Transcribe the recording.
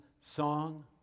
song